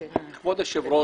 כבוד היושב-ראש,